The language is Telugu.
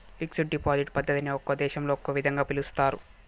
ఫిక్స్డ్ డిపాజిట్ పద్ధతిని ఒక్కో దేశంలో ఒక్కో విధంగా పిలుస్తారు